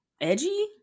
Edgy